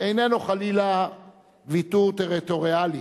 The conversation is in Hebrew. איננו חלילה ויתור טריטוריאלי